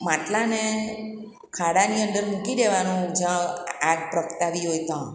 માટલાને ખાડાની અંદર મૂકી દેવાનું જ્યાં આગ પ્રગટાવી હોય ત્યાં